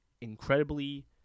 incredibly